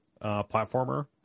platformer